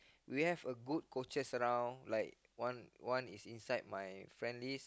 we have a good coaches around like one one is inside my friend list